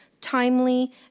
timely